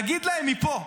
תגיד להם מפה,